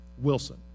Wilson